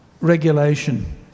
regulation